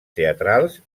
teatrals